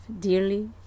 dearly